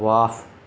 واہ